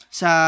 sa